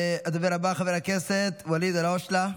הדובר הבא, חבר הכנסת ואליד אלהואשלה,